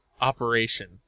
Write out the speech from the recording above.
operation